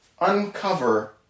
uncover